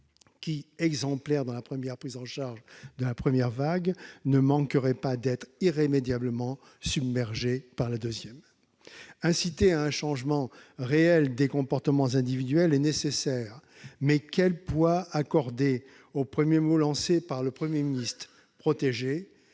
qui, exemplaire dans la prise en charge de la première vague, ne manquerait pas d'être irrémédiablement submergé par la seconde. Inciter à un changement réel des comportements individuels est nécessaire, mais quel poids accorder au premier mot lancé par le Premier ministre- « protéger »